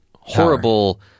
horrible –